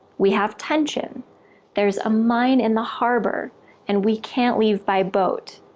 we have tension there's a mine in the harbour and we can't leave by boat.